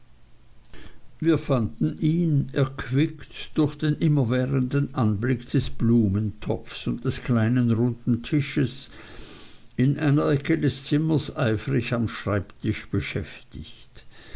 wir fanden ihn erquickt durch den immerwährenden anblick des blumentopfs und des kleinen runden tischs in einer ecke des zimmers eifrig am schreibtisch beschäftigt